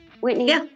Whitney